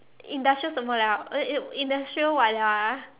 industrial 什么 liao uh uh industrial what liao ah